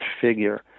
figure